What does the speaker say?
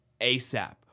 ASAP